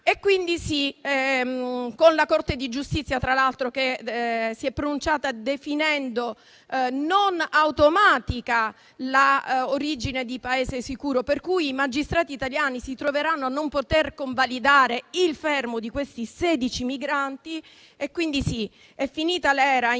Albania, con la Corte di giustizia, tra l'altro, che si è pronunciata definendo non automatica l'origine di Paese sicuro, per cui i magistrati italiani si troveranno a non poter convalidare il fermo di questi 16 migranti. Quindi è finita l'era in cui